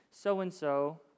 so-and-so